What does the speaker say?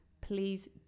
please